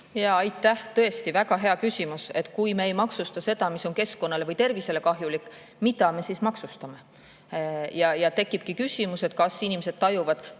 Aitäh! Tõesti väga hea küsimus. Kui me ei maksusta seda, mis on keskkonnale või tervisele kahjulik, mida me siis maksustame? Tekibki küsimus, kas inimesed, kas